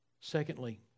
Secondly